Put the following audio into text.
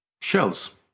shells